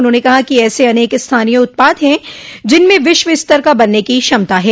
उन्होंने कहा कि ऐसे अनेक स्थानीय उत्पाद हैं जिनमें विश्व स्तर का बनने की क्षमता है